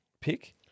pick